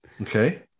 Okay